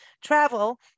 Travel